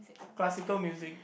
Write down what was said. classical music